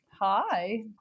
Hi